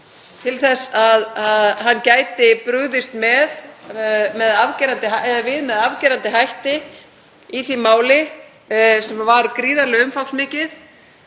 til þess að hann gæti brugðist við með afgerandi hætti í því máli, sem var gríðarlega umfangsmikið,